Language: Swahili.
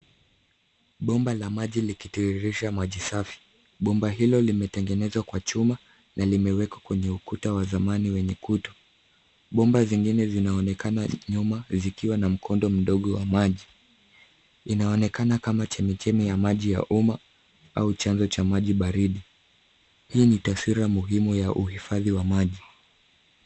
Bomba la maji likitiririsha maji safi. Bomba hilo limetengenezwa kwa chuma na limewekwa kwenye ukuta wa zamani wenye kutu. Bomba zingine zinaonekana nyuma zikiwa na mkondo mdogo wa maji. Inaonekana kama chemichemi ya maji ya umma au chanzo cha maji baridi. Hii ni taswira muhimu ya uhifadhi wa maji.